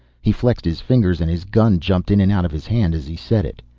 he flexed his fingers and his gun jumped in and out of his hand as he said it.